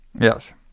Yes